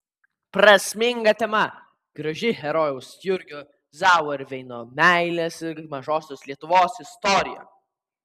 prasminga tema graži herojaus jurgio zauerveino meilės ir mažosios lietuvos istorija